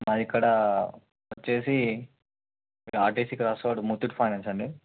మాది ఇక్కడ వచ్చి RTC cross roads Muthoot finance అండి